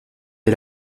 des